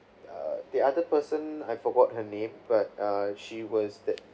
uh the other person I forgot her name but uh she was that